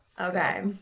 Okay